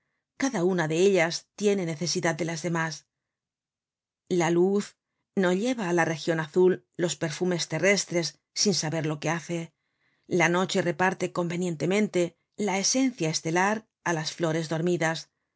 cada una de ellas tiene necesidad de las demás la luz no lleva á la region azul los perfumes terrestres sin saber lo que hace la noche reparte convenientemente la esencia estelar á las flores dormidas